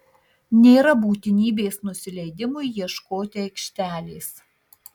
nėra būtinybės nusileidimui ieškoti aikštelės